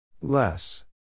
Less